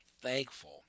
thankful